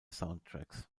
soundtracks